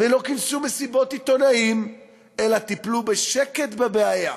ולא כינסו מסיבות עיתונאים, אלא טיפלו בבעיה בשקט.